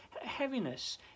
heaviness